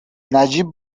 نجیب